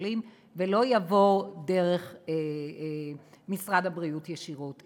קופות-החולים ולא יבוא דרך משרד הבריאות ישירות.